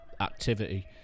activity